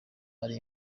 ari